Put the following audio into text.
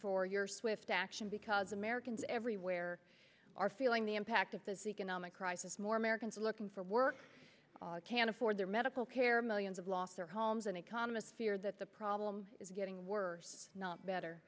for your swift action because americans everywhere are feeling the impact of this economic crisis more americans are looking for work can't afford their medical care millions of lost their homes and economists fear that the problem is getting worse not better